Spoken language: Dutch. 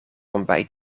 ontbijt